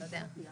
אתה יודע.